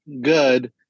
good